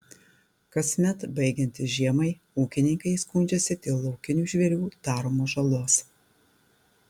kasmet baigiantis žiemai ūkininkai skundžiasi dėl laukinių žvėrių daromos žalos